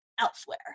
elsewhere